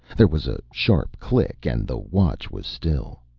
there was a sharp click, and the watch was still.